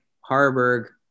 Harburg